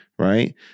Right